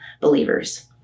believers